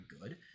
good